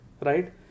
right